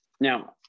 Now